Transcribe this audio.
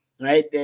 right